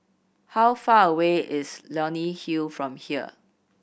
how far away is Leonie Hill from here